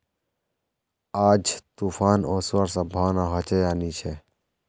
आज तूफ़ान ओसवार संभावना होचे या नी छे?